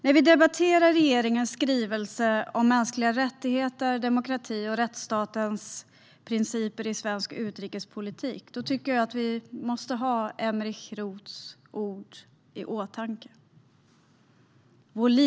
När vi debatterar regeringens skrivelse om mänskliga rättigheter, demokrati och rättsstatens principer i svensk utrikespolitik tycker jag att vi måste ha Emerich Roths ord i åtanke, herr talman.